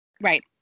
Right